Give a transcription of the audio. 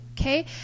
Okay